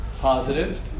positive